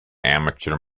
amateur